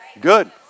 Good